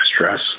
stress